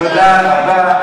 תודה רבה.